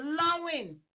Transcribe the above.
allowing